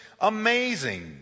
amazing